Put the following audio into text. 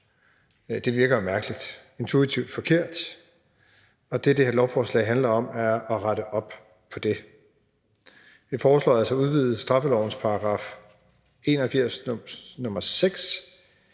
Det virker mærkeligt og intuitivt forkert, og det, det her lovforslag handler om, er at rette op på det. Vi foreslår altså at udvide straffelovens § 81, nr.